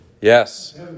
Yes